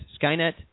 Skynet